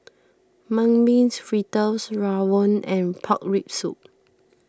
Mung Bean Fritters Rawon and Pork Rib Soup